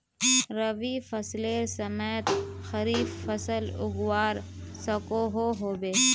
रवि फसलेर समयेत खरीफ फसल उगवार सकोहो होबे?